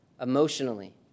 emotionally